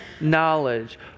knowledge